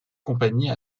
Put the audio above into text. compagnie